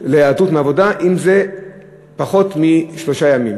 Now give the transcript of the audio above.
להיעדרות מעבודה אם זה פחות משלושה ימים,